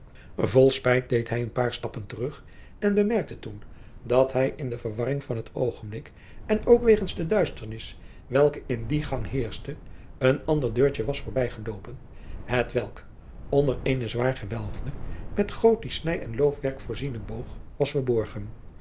vol spijt deed hij een paar stappen terug en bemerkte toen dat hij in de verwarring van het oogenblik en ook wegens de duisternis welke in dien gang heerschte een ander deurtje was voorbijgeloopen hetwelk onder eenen zwaar gewelfden met gothisch snij en loofwerk voorzienen boog was verborgen